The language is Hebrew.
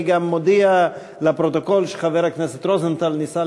אני מודיע לפרוטוקול שחבר הכנסת רוזנטל ניסה